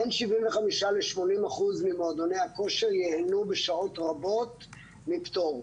בין 75% ל-80% ממועדוני הכושר ייהנו בשעות רבות מפטור.